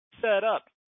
Setup